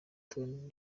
tom